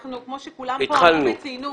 כמו שכולם פה ציינו,